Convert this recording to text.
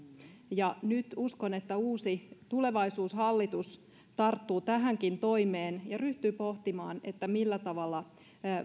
ja nyt uskon että uusi tulevaisuushallitus tarttuu tähänkin toimeen ja ryhtyy pohtimaan millä tavalla